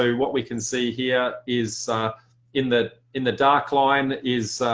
so what we can see here is in the in the dark line is